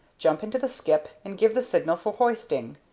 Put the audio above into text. jump into the skip and give the signal for hoisting.